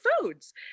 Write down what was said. foods